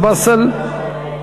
הוא פה.